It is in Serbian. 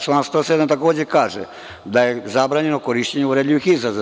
Član 107. takođe kaže da je zabranjeno korišćenje uvredljivih izraza.